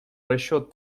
расчет